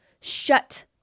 shut